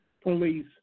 police